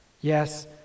Yes